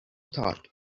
thought